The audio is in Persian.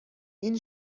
این